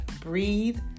Breathe